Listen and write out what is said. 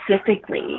specifically